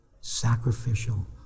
sacrificial